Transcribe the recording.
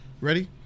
Ready